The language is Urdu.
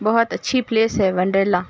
بہت اچھی پلیس ہے ونڈریلا